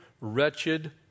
wretched